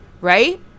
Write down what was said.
right